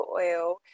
oil